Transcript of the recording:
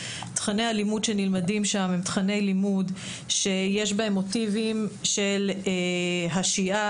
תכני הלימוד שנלמדים שם הם תכני לימוד שיש בהם מוטיבים של השיהאד,